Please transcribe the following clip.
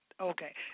Okay